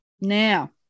Now